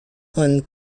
und